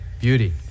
Beauty